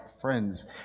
friends